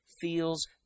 feels